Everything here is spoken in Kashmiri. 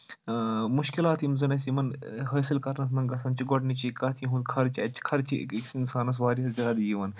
مُشکِلات یِم زَن اَسہِ یِمَن حٲصِل کَرنَس منٛز گژھان چھِ گۄڈٕنِچی کَتھ یِہُنٛد خرچہِ اَتہِ چھِ خرچہِ أکِس اِنسانَس واریاہ زیادٕ یِوان